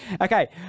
okay